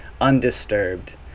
undisturbed